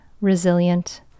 resilient